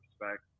respect